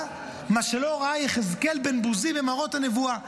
מה שלא ראה יחזקאל בן בוזי במראות הנבואה.